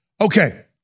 Okay